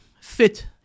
fit